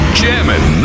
jamming